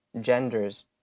genders